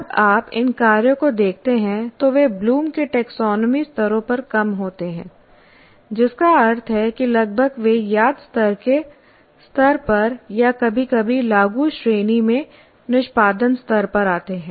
जब आप इन कार्यों को देखते हैं तो वे ब्लूम के टैक्सोनॉमी Bloom's taxonomy स्तरों पर कम होते हैं जिसका अर्थ है कि लगभग वे याद स्तर के स्तर पर या कभी कभी लागू श्रेणी में निष्पादन स्तर पर आते हैं